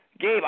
Gabe